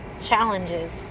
challenges